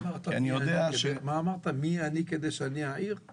אתה אמרת מי אני כדי שאעיר?